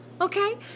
okay